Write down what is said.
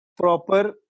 proper